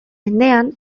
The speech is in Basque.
mendean